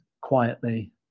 quietly